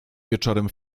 wieczorem